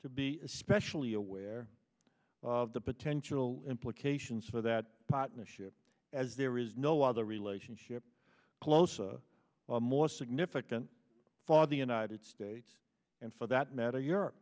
to be especially aware of the potential implications for that partnership as there is no other relationship close more significant for the united states and for that matter your